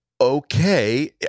okay